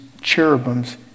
cherubims